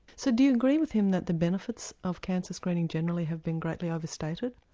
so do you agree with him that the benefits of cancer screening generally have been greatly overstated?